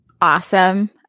awesome